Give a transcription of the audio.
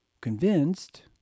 convinced